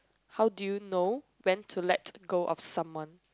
how do you know when to let go of someone